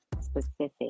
specific